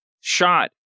shot